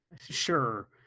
Sure